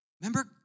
Remember